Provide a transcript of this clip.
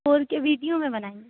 four K video में बनाए